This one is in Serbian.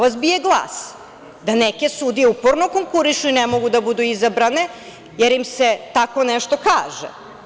A tako vas bije glas, da neke sudije uporno konkurišu i ne mogu da budu izabrane, jer im se tako nešto kaže.